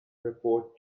report